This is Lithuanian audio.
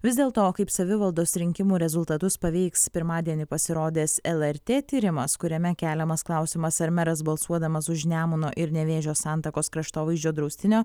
vis dėl to kaip savivaldos rinkimų rezultatus paveiks pirmadienį pasirodęs lrt tyrimas kuriame keliamas klausimas ar meras balsuodamas už nemuno ir nevėžio santakos kraštovaizdžio draustinio